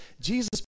Jesus